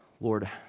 Lord